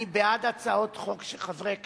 אני בעד הצעות חוק של חברי כנסת.